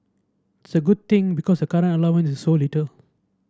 it's a good thing because the current allowance is so little